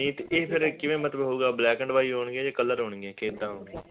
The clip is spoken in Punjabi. ਏਟ ਇਹ ਫਿਰ ਕਿਵੇਂ ਮਤਲਬ ਹੋਊਗਾ ਬਲੈਕ ਐਂਡ ਵਾਈਟ ਹੋਣਗੇ ਜਾਂ ਕਲਰ ਹੋਣਗੀਆਂ ਕਿੱਦਾਂ